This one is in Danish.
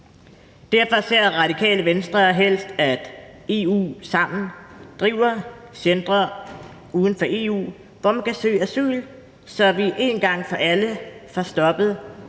Derfor ser Radikale Venstre helst, at EU sammen driver centre uden for EU, hvor man kan søge asyl, så vi en gang for alle får stoppet